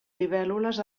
libèl·lules